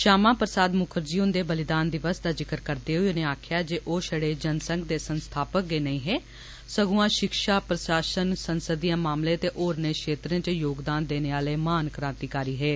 श्यामा प्रसाद मुखर्जी हुन्दे बलिदान दिवस दा जिक्र करदे होई उनें आक्खेआ जे ओह् छड़े जनसंघ दे संस्थापक गै नेंई ऐ सगुआं शिक्षा प्रशासन संसदीय मामले ते होरने क्षेत्रे च योगदान देने आह्ले महान क्रांतिकारी हे